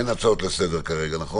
אין הצעות לסדר כרגע, נכון?